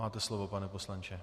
Máte slovo, pane poslanče.